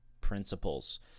principles